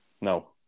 No